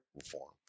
reform